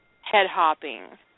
head-hopping